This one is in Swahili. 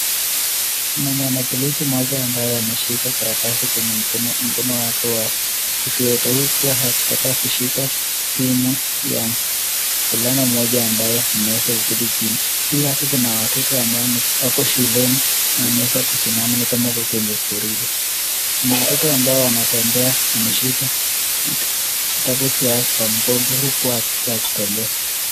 Kuna mwana polisi mmoja ambaye ameshika karatasi kwenye mkono wake wa kushoto huku akitaka kushika simu ya mvulana moja ambaye ameweza kuketi chini. Juu yake kuna watoto ambao wako shuleni na wameweza kusimama ni kama wako kwenye gwaride. Kuna watoto ambao wanatembea wameshika vitabu vyao mgongo huku wakitembea.